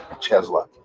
Tesla